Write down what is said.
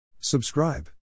Subscribe